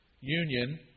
Union